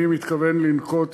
אני מתכוון לנקוט,